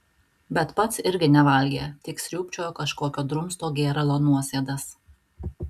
bet pats irgi nevalgė tik sriūbčiojo kažkokio drumsto gėralo nuosėdas